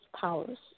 powers